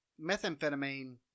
methamphetamine